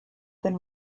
than